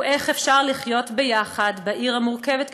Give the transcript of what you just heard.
הוא איך אפשר לחיות ביחד בעיר מורכבת כשלנו,